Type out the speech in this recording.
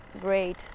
great